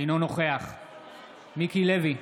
אינו נכוח מיקי לוי,